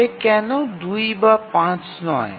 তবে কেন ২ বা ৫ নয়